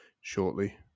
shortly